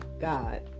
God